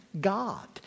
God